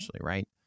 right